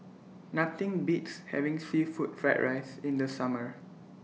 Nothing Beats having Seafood Fried Rice in The Summer